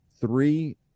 three